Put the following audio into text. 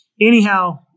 Anyhow